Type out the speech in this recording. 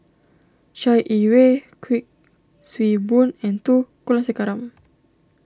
Chai Yee Wei Kuik Swee Boon and two Kulasekaram